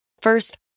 First